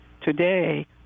Today